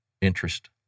interest